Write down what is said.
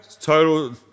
total